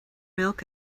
milk